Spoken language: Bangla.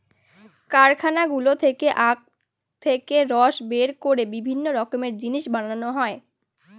কারখানাগুলো থেকে আখ থেকে রস বের করে বিভিন্ন রকমের জিনিস বানানো হয়